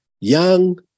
young